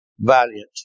valiant